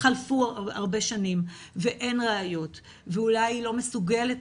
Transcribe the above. חלפו הרבה שנים ואין ראיות ואולי היא לא מסוגלת